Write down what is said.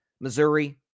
Missouri